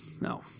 no